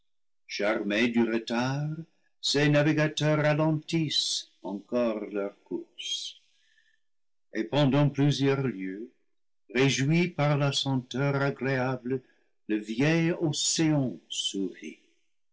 charmés du retard ces navigateurs ralentissent encore leur course et pendant plusieurs lieues réjoui par la senteur agréable le vieil océan sourit